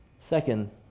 Second